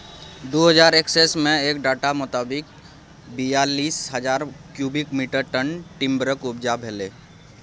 दु हजार एक्कैस मे एक डाटा मोताबिक बीयालीस हजार क्युबिक मीटर टन टिंबरक उपजा भेलै